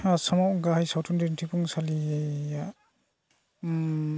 आसामाव गाहाय सावथुन दिनथिफुंसालिया उम